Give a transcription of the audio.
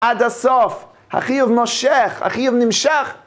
עד הסוף, החיוב מושך, החיוב נמשך.